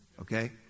Okay